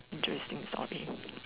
interesting story